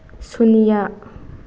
ꯁꯨꯟꯌꯥ